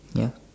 ya